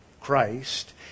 Christ